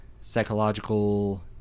psychological